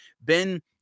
Ben